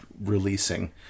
releasing